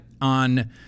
on